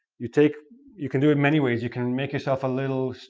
you take you can do it many ways, you can make yourself a little, so